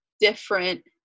different